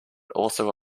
also